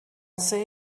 say